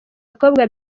abakobwa